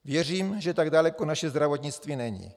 Věřím, že tak daleko naše zdravotnictví není.